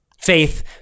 Faith